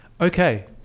Okay